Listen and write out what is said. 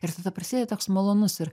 ir tada prasideda toks malonus ir